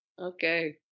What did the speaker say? Okay